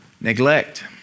neglect